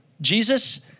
Jesus